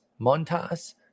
Montas